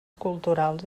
culturals